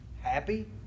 happy